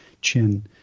chin